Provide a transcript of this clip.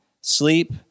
Sleep